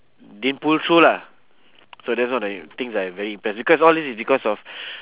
didn't pull through lah so that's one of the things I am very impress because all this is because of